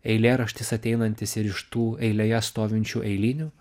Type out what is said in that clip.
eilėraštis ateinantis ir iš tų eilėje stovinčių eilinių